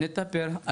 נטפל.